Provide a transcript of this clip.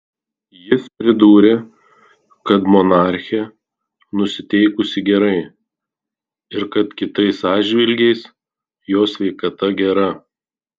jis pridūrė kad monarchė nusiteikusi gerai ir kad kitais atžvilgiais jos sveikata gera